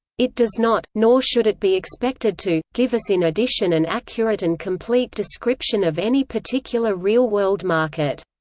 it does not nor should it be expected to give us in addition an accurate and complete description of any particular real world market.